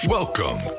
Welcome